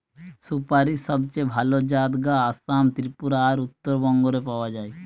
সুপারীর সবচেয়ে ভালা জাত গা আসাম, ত্রিপুরা আর উত্তরবঙ্গ রে পাওয়া যায়